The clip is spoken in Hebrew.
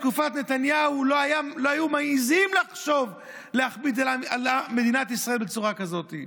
בתקופת נתניהו לא היו מעיזים לחשוב להכביד על מדינת ישראל בצורה כזאת,